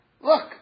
look